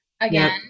Again